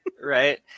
right